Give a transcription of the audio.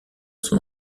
son